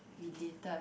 related